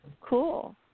cool